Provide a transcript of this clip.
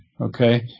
okay